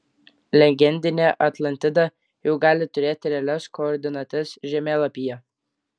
legendinė atlantida jau gali turėti realias koordinates žemėlapyje